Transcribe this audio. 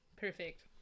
perfect